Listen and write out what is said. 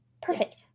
Perfect